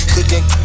Cooking